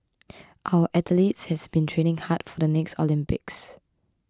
our athletes has been training hard for the next Olympics